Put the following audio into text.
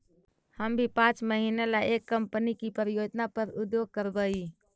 हम भी पाँच महीने ला एक कंपनी की परियोजना पर उद्योग करवई